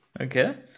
okay